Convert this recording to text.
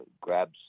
grabs